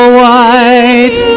white